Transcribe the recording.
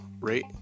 rate